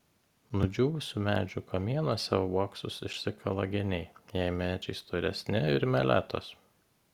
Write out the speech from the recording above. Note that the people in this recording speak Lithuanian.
nudžiūvusių medžių kamienuose uoksus išsikala geniai jei medžiai storesni ir meletos